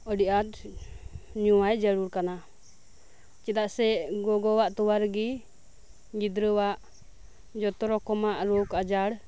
ᱟᱰᱤ ᱟᱸᱴ ᱧᱩᱣᱟᱭ ᱡᱟᱨᱩᱲ ᱠᱟᱱᱟ ᱪᱮᱫᱟᱜ ᱥᱮ ᱜᱚᱜᱚᱣᱟᱜ ᱛᱚᱣᱟ ᱨᱮᱜᱮ ᱜᱤᱫᱽᱨᱟᱹᱣᱟᱜ ᱡᱷᱚᱛᱚ ᱨᱚᱠᱚᱢᱟᱜ ᱨᱳᱜᱽ ᱟᱡᱟᱨ